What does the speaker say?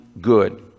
good